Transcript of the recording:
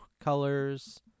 colors